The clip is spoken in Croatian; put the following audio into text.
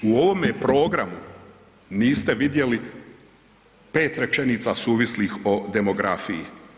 U ovome programu niste vidjeli 5 rečenica suvislih o demografiji.